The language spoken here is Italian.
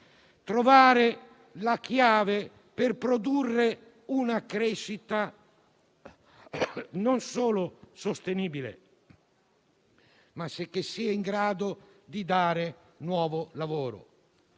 trovare la chiave per produrre una crescita non solo sostenibile, ma che sia in grado di dare nuovo lavoro.